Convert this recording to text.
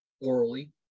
orally